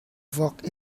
vok